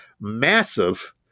massive